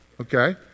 Okay